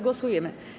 Głosujemy.